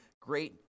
great